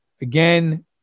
Again